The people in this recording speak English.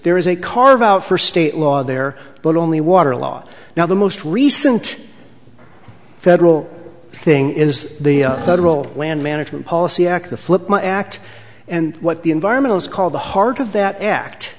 there is a carve out for state law there but only water law now the most recent federal thing is the federal land management policy act the flip my act and what the environmentalists call the heart of that act